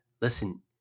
listen